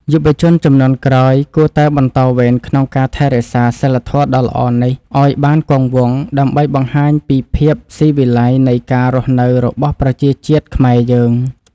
យុវជនជំនាន់ក្រោយគួរតែបន្តវេនក្នុងការថែរក្សាសីលធម៌ដ៏ល្អនេះឱ្យបានគង់វង្ស ដើម្បី បង្ហាញពីភាពស៊ីវិល័យនៃការរស់នៅរបស់ប្រជាជាតិខ្មែរយើង។